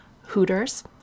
Hooters